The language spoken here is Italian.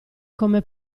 come